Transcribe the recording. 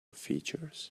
features